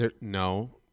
No